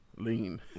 Lean